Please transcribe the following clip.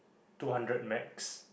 two hundred max